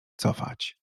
cofać